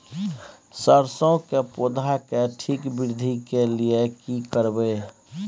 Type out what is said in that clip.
सरसो के पौधा के ठीक वृद्धि के लिये की करबै?